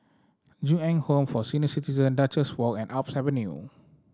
Ju Eng Home for Senior Citizen Duchess Walk and Alps Avenue